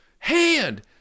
Hand